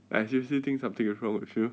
I seriously think something is wrong with you